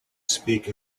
speak